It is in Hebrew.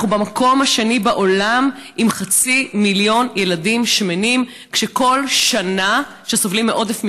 אנחנו במקום השני בעולם עם חצי מיליון ילדים שמנים שסובלים מעודף משקל,